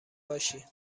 باشی